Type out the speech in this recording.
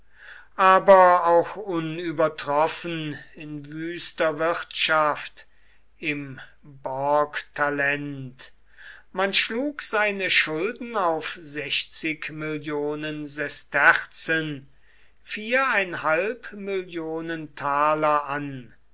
aber auch unübertroffen in wüster wirtschaft im borgtalent man schlug seine schulden auf mill sesterzen an